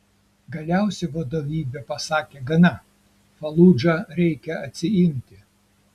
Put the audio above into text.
galiausiai vadovybė pasakė gana faludžą reikia atsiimti